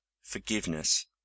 forgiveness